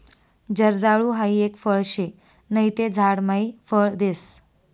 जर्दाळु हाई एक फळ शे नहि ते झाड मायी फळ देस